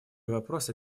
вопросы